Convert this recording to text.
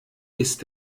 ist